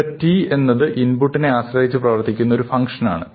ഇവിടെ t എന്നത് ഇൻപുട്ടിനെ ആശ്രയിച്ച് പ്രവർത്തിക്കുന്ന ഒരു ഫങ്ക്ഷനാണ്